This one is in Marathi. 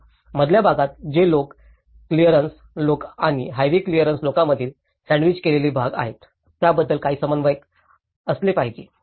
म्हणूनच मधल्या भागात जे लोकल क्लीयरन्स लोक आणि हायवे क्लीयरन्स लोकांमधील सँडविच केलेले भाग आहेत त्याबद्दल काही समन्वय असले पाहिजे